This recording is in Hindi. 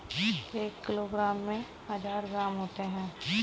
एक किलोग्राम में एक हजार ग्राम होते हैं